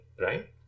Right